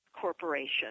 Corporation